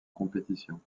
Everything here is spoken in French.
compétition